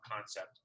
concept